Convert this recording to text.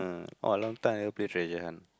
uh I long time never play treasure hunt